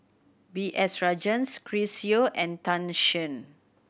B S Rajhans Chris Yeo and Tan Shen